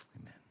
amen